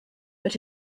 but